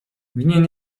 winien